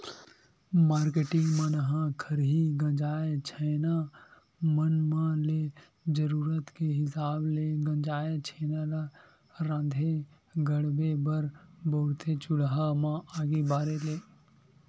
marketing मन ह खरही गंजाय छैना मन म ले जरुरत के हिसाब ले गंजाय छेना ल राँधे गढ़हे बर बउरथे चूल्हा म आगी बारे ले